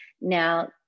Now